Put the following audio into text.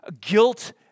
guilt